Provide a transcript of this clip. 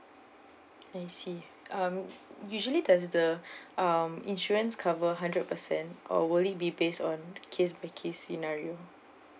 I see um usually does the um insurance cover hundred percent or will it be based on case by case scenario